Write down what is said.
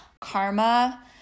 Karma